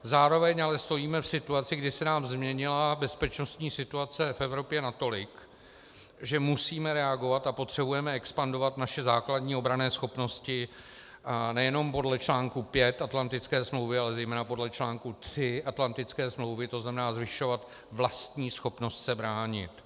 Zároveň ale stojíme v situaci, kdy se nám změnila bezpečnostní situace v Evropě natolik, že musíme reagovat a potřebujeme expandovat naše základní obranné schopnosti nejenom podle čl. 5 Atlantické smlouvy, ale zejména podle čl. 3 Atlantické smlouvy, to znamená zvyšovat vlastní schopnost se bránit.